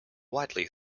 widely